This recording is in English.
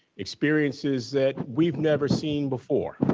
experiences that we've never seen before.